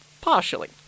Partially